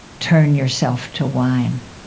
turn yourself to wine.